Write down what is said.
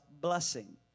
blessing